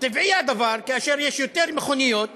טבעי הדבר שכאשר יש יותר מכוניות